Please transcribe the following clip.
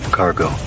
cargo